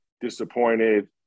disappointed